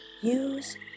use